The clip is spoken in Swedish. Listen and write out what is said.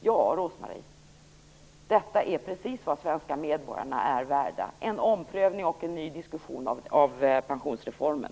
Ja, Rose-Marie Frebran, detta är precis vad svenska medborgare är värda - dvs. en omprövning av och en ny diskussion om pensionsreformen.